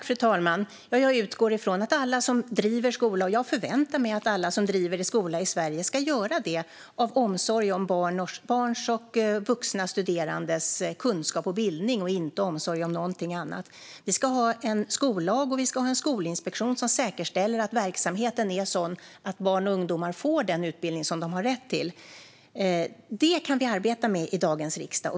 Fru talman! Jag utgår från och förväntar mig att alla som driver skolor i Sverige ska göra det av omsorg om barns och vuxna studerandes kunskap och bildning och inte omsorg om någonting annat. Vi ska ha en skollag och en skolinspektion som säkerställer att verksamheten är sådan att barn och ungdomar får den utbildning som de har rätt till. Det kan vi arbeta med i dagens riksdag.